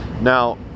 Now